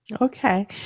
Okay